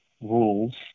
rules